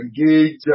engage